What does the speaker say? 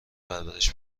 پرورش